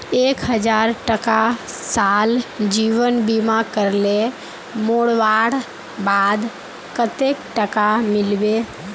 एक हजार टका साल जीवन बीमा करले मोरवार बाद कतेक टका मिलबे?